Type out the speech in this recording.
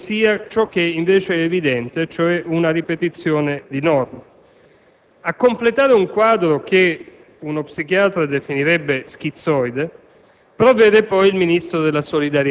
Il Governo dovrebbe darci una spiegazione logica, giuridicamente convincente, derivante dalla comparazione tra l'uno e l'altro disegno di legge